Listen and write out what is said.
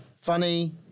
Funny